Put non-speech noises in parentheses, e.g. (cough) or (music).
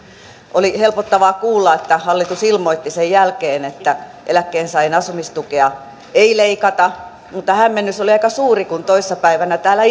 oli helpottavaa kuulla että hallitus ilmoitti sen jälkeen että eläkkeensaajien asumistukea ei leikata mutta hämmennys oli aika suuri kun toissa päivänä täällä (unintelligible)